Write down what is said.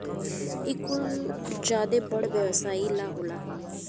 इ कुल ज्यादे बड़ व्यवसाई ला होला